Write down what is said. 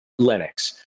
Linux